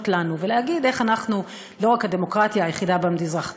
לנו ולהגיד איך אנחנו לא רק הדמוקרטיה היחידה במזרח התיכון,